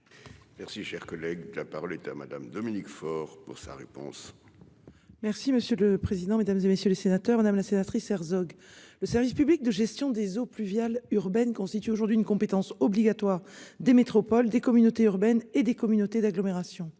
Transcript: Merci, cher collègue, la parole est à Madame Dominique Faure pour sa réponse. Merci monsieur le président, Mesdames, et messieurs les sénateurs, madame la sénatrice Herzog. Le service public de gestion des eaux pluviales urbaines constituent aujourd'hui une compétence obligatoire des métropoles des communautés urbaines et des communautés d'agglomération